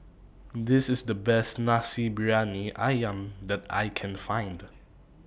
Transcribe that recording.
This IS The Best Nasi Briyani Ayam that I Can Find